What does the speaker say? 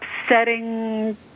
upsetting